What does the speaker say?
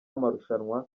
amarushanwa